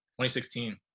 2016